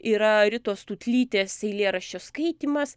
yra ritos tūtlytės eilėraščio skaitymas